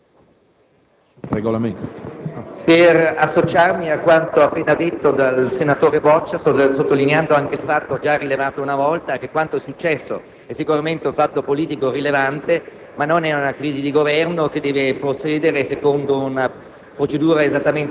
mi associo a quanto appena detto dal senatore Boccia, sottolineando anche il fatto, già rilevato una volta, che quanto successo è sicuramente un fatto politico rilevante, ma non è una crisi di Governo che deve seguire la